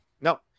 No